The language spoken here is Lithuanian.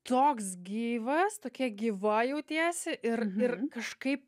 toks gyvas tokia gyva jautiesi ir ir kažkaip